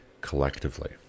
collectively